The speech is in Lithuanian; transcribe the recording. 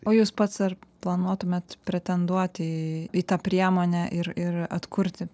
o jūs pats ar planuotumėt pretenduoti į tą priemonę ir ir atkurti